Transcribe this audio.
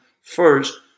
first